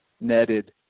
netted